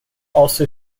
also